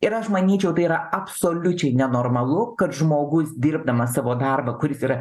ir aš manyčiau tai yra absoliučiai nenormalu kad žmogus dirbdamas savo darbą kuris yra